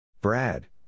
Brad